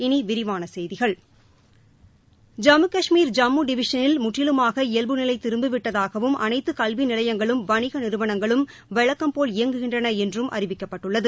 இனி விரிவான செய்திகள் ஜம்மு கஷ்மீர் ஜம்மு டிவிஷனில் முற்றிலுமாக இயவ்பு நிலை திரும்பிவிட்டதாகவும் அனைத்து கல்வி நிலையங்களும் வணிக நிறுவனங்களும் வழக்கம்போல் இயங்குகின்றன என்றும் அறிவிக்கப்பட்டுள்ளது